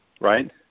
Right